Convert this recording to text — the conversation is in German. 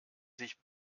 sich